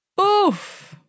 Oof